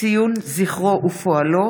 (ציון זכרו ופועלו),